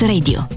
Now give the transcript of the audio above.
Radio